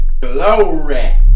Glory